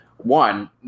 One